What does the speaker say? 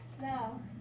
No